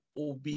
OB